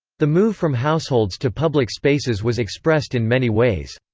the move from households to public spaces was expressed in many ways.